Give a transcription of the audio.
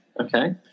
okay